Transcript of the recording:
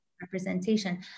representation